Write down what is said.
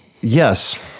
yes